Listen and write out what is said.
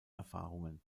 erfahrungen